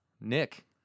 Nick